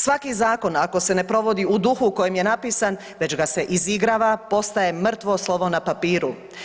Svaki zakon ako se ne provodi u duhu u kojem je napisan već ga se izigrava postaje mrtvo slovo na papiru.